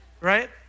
right